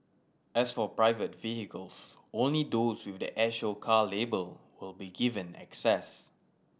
as for private vehicles only those with the air show car label will be given access